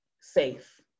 safe